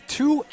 two